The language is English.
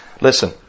Listen